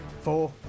Four